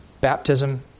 Baptism